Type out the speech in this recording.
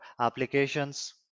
applications